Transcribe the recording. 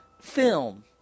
film